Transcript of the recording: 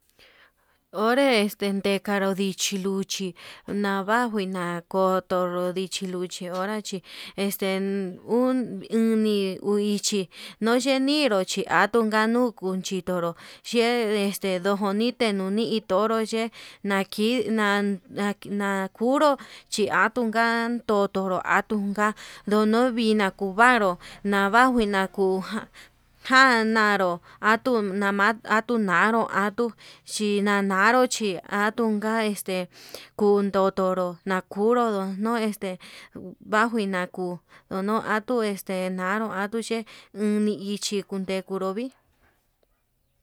Ore ndekanru ndichi luu ndichi nahua njuina ko'o toro dichi luchi onra chí este uun uni ndui ndichi, noyeninro chi atunga nunguu chitonro ye'e este ndunite ndoni itoro yee nakinan na na kunru chí, atunka totoro atunga unka ndono vina kuu, kuvaru nama njuina kuu jan naruu atun nama atun nanró natuu chinanaro chí atunga este, kundotoro nakunru ndonoi este vanguina ko'o ndono atuu este, naruu atu ye'e nune ichi kundekuru vii.